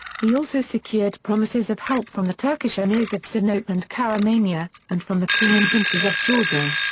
he also secured promises of help from the turkish emirs of sinope and karamania, and from the king and princes of georgia.